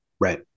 Right